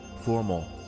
formal